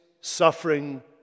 suffering